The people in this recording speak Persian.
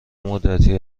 مدتی